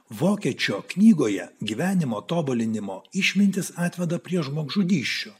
vokiečio knygoje gyvenimo tobulinimo išmintys atveda prie žmogžudysčių